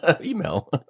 email